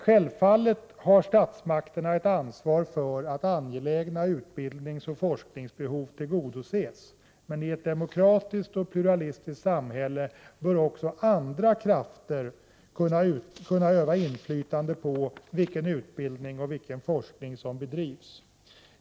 Självfallet har statsmakterna ett ansvar för att angelägna utbildningsoch forskningsbehov tillgodoses, men i ett demokratiskt och pluralistiskt samhälle bör också andra krafter kunna öva inflytande på vilken utbildning och vilken forskning som bedrivs.